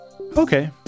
Okay